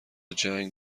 جنگ